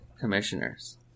commissioners